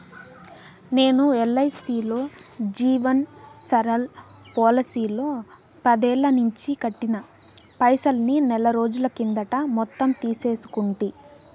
నేను ఎల్ఐసీలో జీవన్ సరల్ పోలసీలో పదేల్లనించి కట్టిన పైసల్ని నెలరోజుల కిందట మొత్తం తీసేసుకుంటి